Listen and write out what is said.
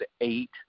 eight